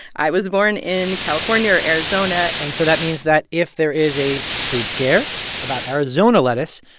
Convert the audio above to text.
i was born in california or arizona and so that means that if there is a food scare about arizona lettuce,